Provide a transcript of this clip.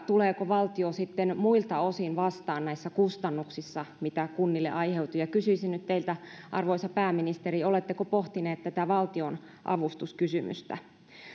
tuleeko valtio sitten muilta osin vastaan näissä kustannuksissa mitä kunnille aiheutuu kysyisin nyt teiltä arvoisa pääministeri oletteko pohtinut tätä valtionavustuskysymystä